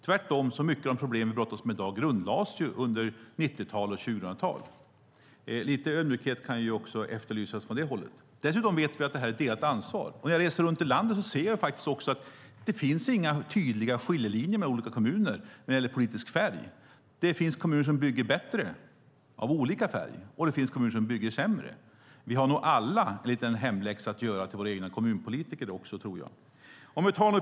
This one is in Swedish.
Tvärtom grundlades många av de problem som det talas om i dag under 90-talet och 00-talet. Lite ödmjukhet kan efterlysas också från det hållet. Dessutom vet vi att det är fråga om ett delat ansvar. När jag reser runt i landet ser jag också att det finns inga tydliga skiljelinjer mellan olika kommuner när det gäller politisk färg. Det finns kommuner som bygger bättre av olika färg, och det finns kommuner som bygger sämre. Vi har nog alla en hemläxa att ge till våra egna kommunpolitiker.